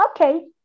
Okay